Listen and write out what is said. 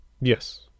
Yes